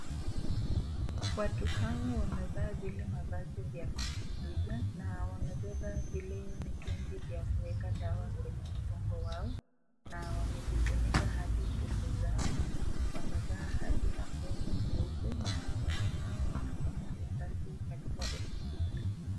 Watu hawa wamevaa zile mafasi vya knuzuia na wamepepa vile mitungi ya kuweka dawa kwenye mgongo yao na wamejifunika hadi uso zao na wamevaa hadi aproni nyeupe na watu hawa wanafanya usafi katika ofisi hili.